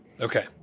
Okay